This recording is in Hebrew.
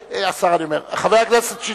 חבר הכנסת שטרית,